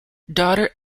daughter